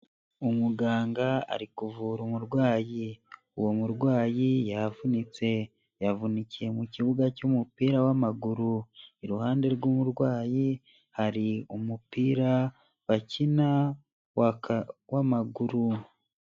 Umuganga ari kuvura umurwayi, uwo murwayi yavunitse, yavunikiye mu kibuga cy'umupira w'amaguru, iruhande rw'umurwayi hari umupira bakina w'amaguru.